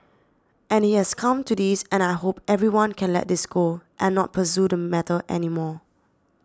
and it has come to this and I hope everyone can let this go and not pursue the matter anymore